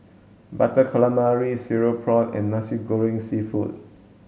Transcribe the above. butter calamari cereal prawn and Nasi Goreng seafood